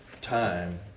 time